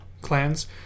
clans